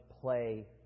play